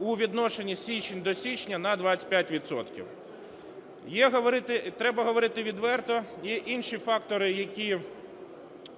у відношенні січень до січня на 25 відсотків. Треба говорити відверто, є інші фактори, які